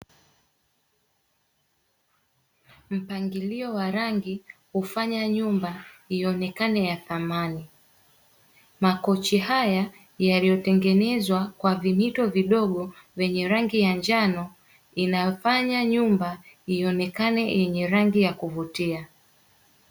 Mpangilio wa rangi hufanya nyumba ionekane ya thamani. Makochi haya yaliyotengenezwa kwa vimito vidogo vyenye rangi ya njano inayofanya nyumba ionekane yenye rangi ya kuvutia.